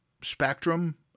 Spectrum